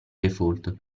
default